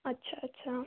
अच्छा अच्छा